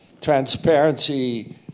transparency